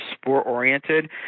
sport-oriented